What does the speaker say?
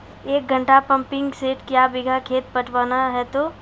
एक घंटा pumping set क्या बीघा खेत पटवन है तो?